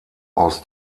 aus